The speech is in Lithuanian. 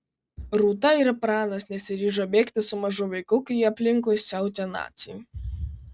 rūta ir pranas nesiryžo bėgti su mažu vaiku kai aplinkui siautė naciai